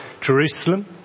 Jerusalem